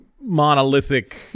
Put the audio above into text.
monolithic